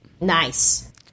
Nice